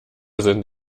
sind